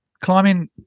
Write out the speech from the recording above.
Climbing